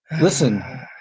listen